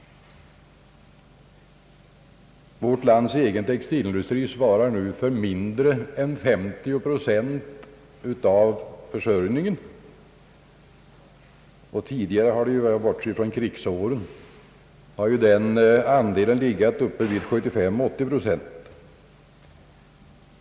Vårt lands egen textilindustri svarar nu för mindre än 50 procent av försörjningen på det området, och bortsett från krigsåren har ju den svenska textilindustrins andel länge legat uppe vid 75—80 procent.